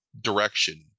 direction